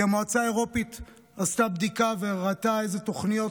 כי המועצה האירופית עשתה בדיקה וראתה איזה תוכניות